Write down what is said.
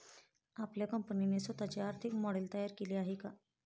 आपल्या कंपनीने स्वतःचे आर्थिक मॉडेल तयार केले आहे का?